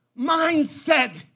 mindset